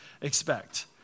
expect